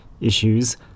issues